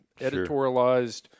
editorialized